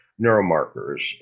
neuromarkers